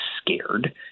scared